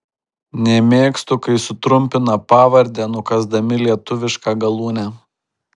nemėgstu kai sutrumpina pavardę nukąsdami lietuvišką galūnę